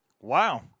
Wow